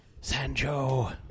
Sanjo